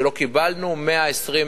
שלא קיבלנו 120%,